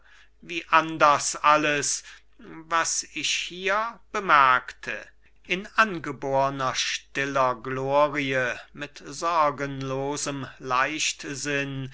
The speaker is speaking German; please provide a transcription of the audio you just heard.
wie anders alles was ich hier bemerkte in angeborner stiller glorie mit sorgenlosem leichtsinn